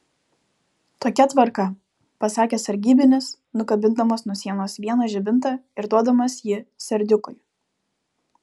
tokia tvarka pasakė sargybinis nukabindamas nuo sienos vieną žibintą ir duodamas jį serdiukui